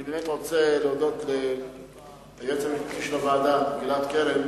אני רוצה להודות ליועץ המשפטי של הוועדה גלעד קרן,